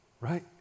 right